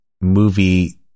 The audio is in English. movie